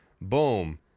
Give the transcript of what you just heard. boom